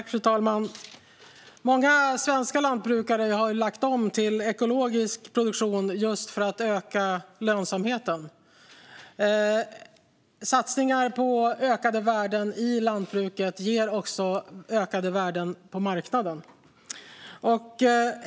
Fru talman! Många svenska lantbrukare har lagt om till ekologisk produktion just för att öka lönsamheten. Satsningar på ökade värden i lantbruket ger också ökade värden på marknaden.